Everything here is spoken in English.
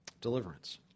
deliverance